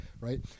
right